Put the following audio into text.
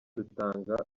rutanga